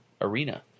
arena